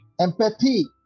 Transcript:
empathy